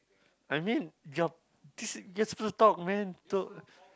I mean your thi~ you're suppose to talk man to